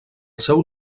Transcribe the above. seu